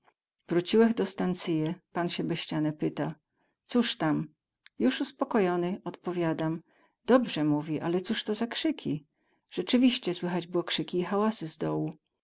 wróciłech do stancyje pan sie bez ścianę pyta coz tam juz uspokojony odpowiadam dobrze mówi ale coz to za krzyki rzeczywiście słychać było krzyki i hałasy